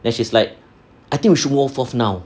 then she's like I think we should move off now